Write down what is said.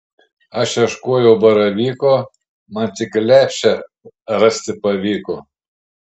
aš ieškojau baravyko man tik lepšę rasti pavyko